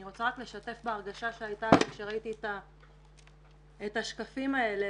אני רוצה רק לשתף בהרגשה שהייתה לי כשראיתי את השקפים האלה